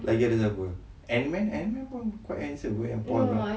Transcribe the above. lagi ada siapa antman antman pun quite handsome apa yang